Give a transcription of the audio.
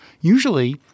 Usually